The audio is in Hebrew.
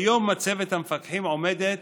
כיום מצבת המפקחים עומדת